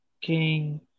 King